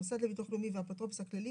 המוסד לביטוח לאומי והאפוטרופוס הכללי,